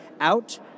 out